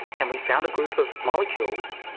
and we found a group of molecules,